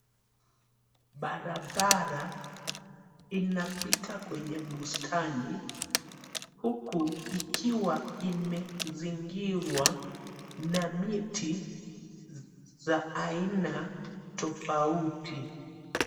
Barabara inapita kwenye bustani huku ikiwa imezingirwa na miti za aina tofauti.